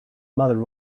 mother